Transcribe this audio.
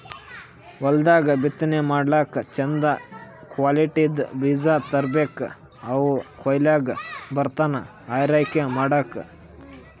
ಹೊಲ್ದಾಗ್ ಬಿತ್ತನೆ ಮಾಡ್ಲಾಕ್ಕ್ ಚಂದ್ ಕ್ವಾಲಿಟಿದ್ದ್ ಬೀಜ ತರ್ಬೆಕ್ ಅವ್ ಕೊಯ್ಲಿಗ್ ಬರತನಾ ಆರೈಕೆ ಮಾಡ್ಬೇಕ್